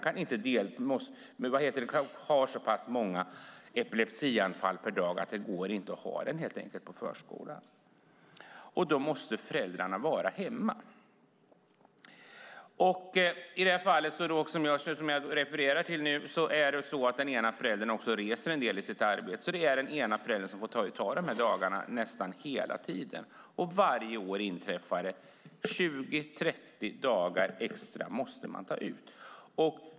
Han har så pass många epilepsianfall per dag att han helt enkelt inte kan vara där. Då måste föräldrarna vara hemma. I det fall jag refererar till nu reser den ena föräldern en del i sitt arbete, så det är den andra föräldern som får ta dessa dagar nästan hela tiden. Varje år inträffar detta - 20-30 dagar extra måste man ta ut.